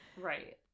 Right